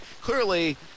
clearly